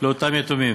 לאותם יתומים.